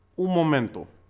all momento